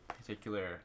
particular